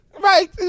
Right